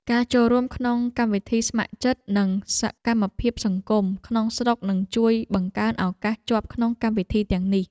ការចូលរួមក្នុងកម្មវិធីស្ម័គ្រចិត្តនិងសកម្មភាពសង្គមក្នុងស្រុកនឹងជួយបង្កើនឱកាសជាប់ក្នុងកម្មវិធីទាំងនេះ។